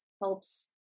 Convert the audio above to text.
helps